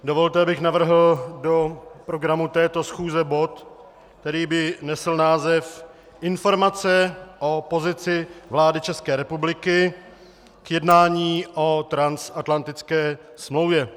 Dovolte, abych navrhl do programu této schůze bod, který by nesl název Informace o pozici vlády České republiky k jednání o transatlantické smlouvě.